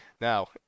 Now